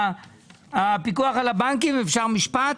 הפיקוח על הבנקים, אפשר משפט?